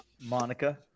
Monica